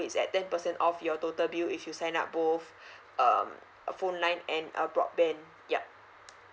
is at ten percent of your total bill if you sign up both um a phone line and a broadband yup